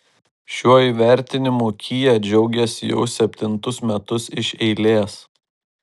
šiuo įvertinimu kia džiaugiasi jau septintus metus iš eilės